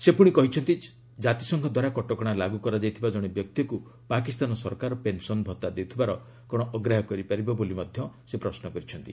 ସେ ପୁଣି କହିଛନ୍ତି କାତିସଂଘ ଦ୍ୱାରା କଟକଣା ଲାଗୁ କରାଯାଇଥିବା ଜଣେ ବ୍ୟକ୍ତିକୁ ପାକିସ୍ତାନ ସରକାର ପେନ୍ସନ୍ ଭତ୍ତା ଦେଉଥିବାର କ'ଣ ଅଗ୍ରାହ୍ୟ କରିପାରିବେ ବୋଲି ମଧ୍ୟ ସେ ପ୍ରଶ୍ନ କରିଛନ୍ତି